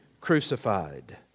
crucified